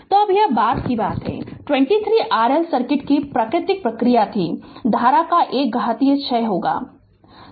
तो अब यह बात कि 23 RL सर्किट की प्राकृतिक प्रतिक्रिया थी धारा का एक घातीय क्षय है